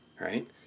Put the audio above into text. right